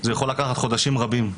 זה יכול לקחת חודשים רבים.